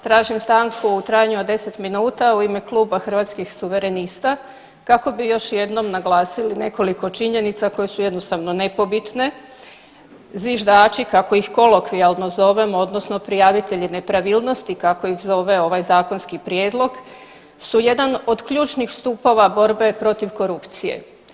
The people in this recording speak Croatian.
Tražim stanku u trajanju od 10 minuta u ime kluba Hrvatskih suverenista kako bi još jednom naglasili nekoliko činjenica koje su jednostavno nepobitne, zviždači kako ih kolokvijalno zovemo, odnosno prijavitelji nepravilnosti kako ih zove ovaj zakonski prijedlog su jedan od ključnih stupova borbe protiv korupcije.